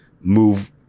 move